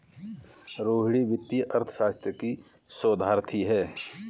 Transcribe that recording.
रोहिणी वित्तीय अर्थशास्त्र की शोधार्थी है